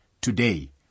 Today